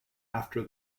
after